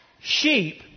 sheep